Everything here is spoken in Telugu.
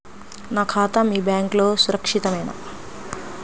నా ఖాతా మీ బ్యాంక్లో సురక్షితమేనా?